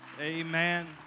Amen